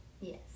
Yes